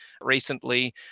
recently